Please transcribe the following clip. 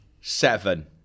seven